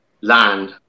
land